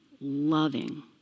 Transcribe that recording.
loving